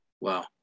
Wow